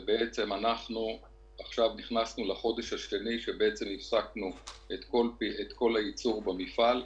ובעצם עכשיו נכנסנו לחודש השני שבו הפסקנו את כל הייצור במפעל.